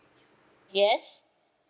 yes